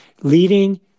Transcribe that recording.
leading